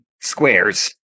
squares